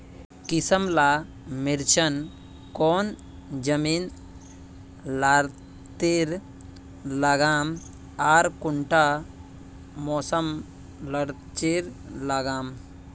किसम ला मिर्चन कौन जमीन लात्तिर लगाम आर कुंटा मौसम लात्तिर लगाम?